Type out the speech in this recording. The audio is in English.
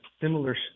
similar